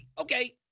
Okay